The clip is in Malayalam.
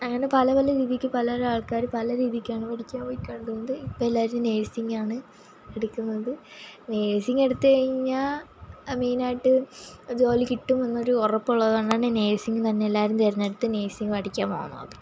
അങ്ങനെ പല പല രീതിയ്ക്ക് പല പല ആൾക്കാർ പല രീതിക്കാണ് പഠിയ്ക്കാൻ പൊയ്ക്കോണ്ട് ഉണ്ട് ഇപ്പോൾ എല്ലാവരും നേഴ്സിങ്ങാണ് എടുക്കുന്നത് നേഴ്സിങ്ങെടുത്ത് കയിഞ്ഞാൽ മെയിനായിട്ട് ജോലി കിട്ടും എന്നൊരു ഉറപ്പുള്ളതുകൊണ്ടാണ് നേഴ്സിങ്ങ് തന്നെ എല്ലാവരും തിരഞ്ഞെടുത്ത് നേഴ്സിങ്ങ് പഠിക്കാൻ പോവുന്നത്